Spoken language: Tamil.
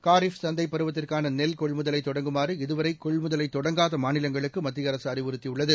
காரிப் சந்தை பருவத்திற்கான நெல் கொள்முதலை தொடங்குமாறு இதுவரை கொள்முதலை தொடங்காத மாநிலங்களுக்கு மத்திய அரசு அறிவுறுத்தியுள்ளது